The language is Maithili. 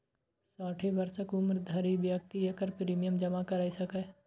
साठि वर्षक उम्र धरि व्यक्ति एकर प्रीमियम जमा कैर सकैए